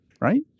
right